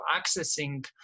accessing